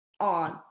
on